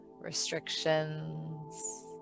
restrictions